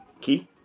Key